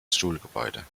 schulgebäude